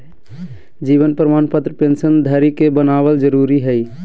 जीवन प्रमाण पत्र पेंशन धरी के बनाबल जरुरी हइ